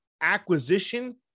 acquisition